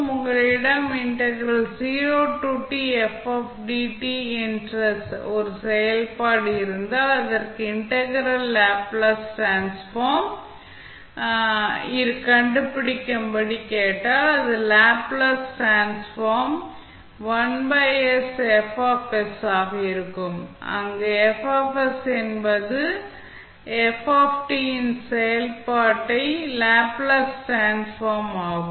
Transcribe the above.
உங்களிடம் என்ற ஒரு செயல்பாடு இருந்தால் அதற்கு இன்டெக்ரல் ன் லேப்ளேஸ் டிரான்ஸ்ஃபார்ம் கண்டுபிடிக்கும்படி கேட்கப்பட்டால் அது லேப்ளேஸ் டிரான்ஸ்ஃபார்ம் ஆக இருக்கும் அங்கு என்பது அடி இன் செயல்பாட்டின் லேப்ளேஸ் டிரான்ஸ்ஃபார்ம் ஆகும்